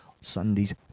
Sundays